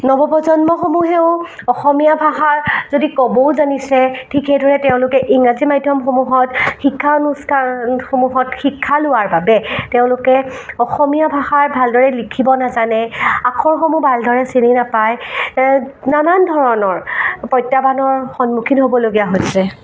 নৱ প্ৰজন্মসমূহেও অসমীয়া ভাষা যদি ক'বও জানিছে ঠিক সেইদৰে তেওঁলোকে ইংৰাজী মাধ্যমসমূহত শিক্ষা অনুষ্ঠানসমূহত শিক্ষা লোৱাৰ বাবে তেওঁলোকে অসমীয়া ভাষা ভালদৰে লিখিব নাজানে আখৰসমূহ ভালদৰে চিনি নাপায় নানান ধৰণৰ প্ৰত্যাহ্বানৰ সন্মূখীন হ'বলগীয়া হৈছে